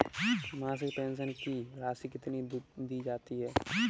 मासिक पेंशन की राशि कितनी दी जाती है?